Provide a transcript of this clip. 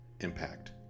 impact